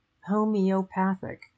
Homeopathic